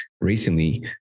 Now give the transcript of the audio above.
recently